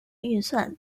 运算